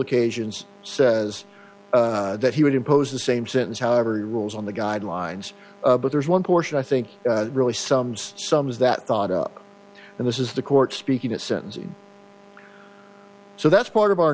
occasions says that he would impose the same sentence however he rules on the guidelines but there's one portion i think really sums sums that thought up and this is the court speaking at sentencing so that's part of our